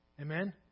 Amen